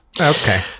okay